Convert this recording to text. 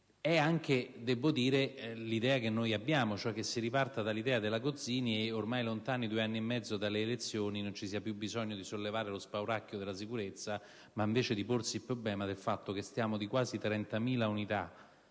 È anche l'idea che noi abbiamo, cioè che si riparta dallo spirito della legge Gozzini e, ormai lontani due anni e mezzo dalle elezioni, non ci sia più bisogno di sollevare lo spauracchio della sicurezza, quanto invece di porsi il problema che vi sono quasi 30.000 unità